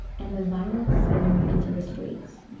and the violence spilled into the streets.